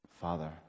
Father